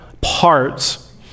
parts